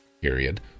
period